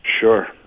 Sure